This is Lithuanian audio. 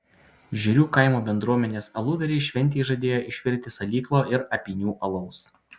žiurių kaimo bendruomenės aludariai šventei žadėjo išvirti salyklo ir apynių alaus